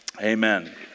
Amen